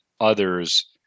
others